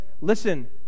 listen